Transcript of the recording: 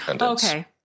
Okay